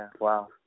Wow